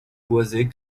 boisés